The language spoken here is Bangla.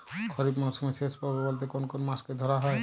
খরিপ মরসুমের শেষ পর্ব বলতে কোন কোন মাস কে ধরা হয়?